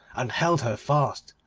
and held her fast.